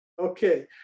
Okay